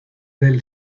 del